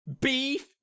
Beef